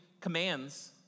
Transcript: commands